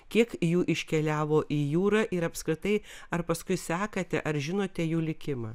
kiek jų iškeliavo į jūrą ir apskritai ar paskui sekate ar žinote jų likimą